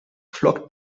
flockt